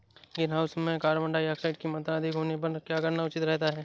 Greenhouse में carbon dioxide की मात्रा अधिक होने पर क्या करना उचित रहता है?